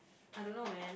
I don't know man